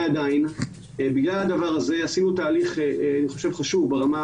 ועדיין בגלל הדבר הזה עשינו תהליך חשוב ברמה